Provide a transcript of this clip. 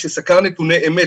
שסקר נתוני אמת,